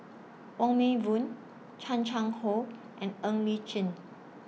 Wong Meng Voon Chan Chang How and Ng Li Chin